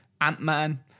Ant-Man